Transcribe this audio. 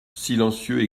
silencieux